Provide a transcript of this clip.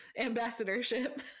ambassadorship